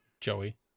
Joey